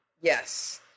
Yes